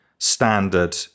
standard